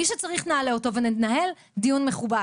מי שצריך, נעלה אותו וננהל דיון מכובד.